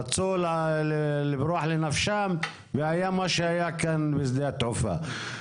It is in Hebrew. רצו לברוח והיה מה שהיה כאן בשדה התעופה.